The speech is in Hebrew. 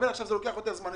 עכשיו זה לוקח זמן רב יותר,